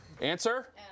Answer